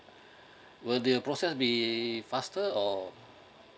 were their process will be faster or